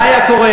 מה היה קורה?